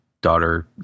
daughter